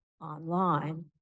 online